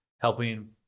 helping